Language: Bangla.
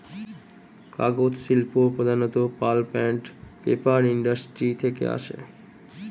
কাগজ শিল্প প্রধানত পাল্প অ্যান্ড পেপার ইন্ডাস্ট্রি থেকে আসে